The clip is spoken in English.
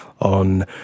on